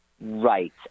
Right